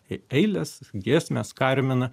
eilės giesmės karmina